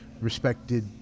respected